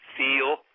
feel